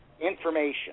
information